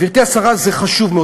גברתי השרה, זה חשוב מאוד.